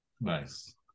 Nice